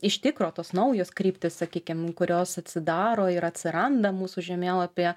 iš tikro tos naujos kryptys sakykim kurios atsidaro ir atsiranda mūsų žemėlapyje